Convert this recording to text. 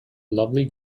lovely